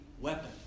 weapon